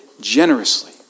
generously